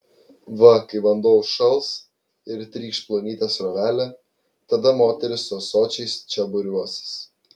va kai vanduo užšals ir trykš plonyte srovele tada moterys su ąsočiais čia būriuosis